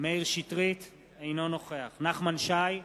מאיר שטרית, אינו נוכח נחמן שי,